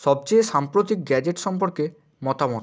সবচেয়ে সাম্প্রতিক গ্যাজেট সম্পর্কে মতামত